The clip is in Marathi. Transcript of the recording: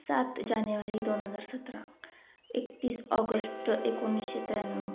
सात जानेवारी दोन हजार सतरा एकतीस ऑगस्ट एकोणिसशे त्र्याण्णव